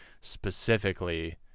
specifically